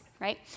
right